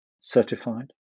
certified